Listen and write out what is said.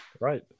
Right